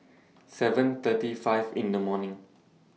seven thirty five in The morning